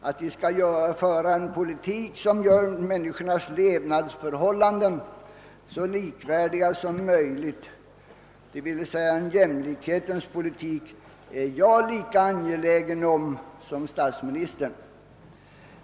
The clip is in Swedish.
Att vi skall föra en politik, som gör människornas levnadsförhållanden så likvärdiga som möjligt — d.v.s. en jämlikhetspolitik — är jag lika angelägen om som statsministern är.